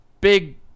Big